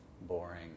boring